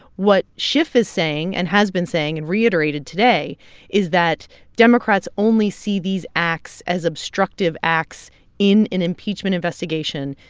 what schiff is saying and has been saying and reiterated today is that democrats only see these acts as obstructive acts in an impeachment investigation,